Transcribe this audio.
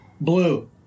blue